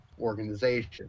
organization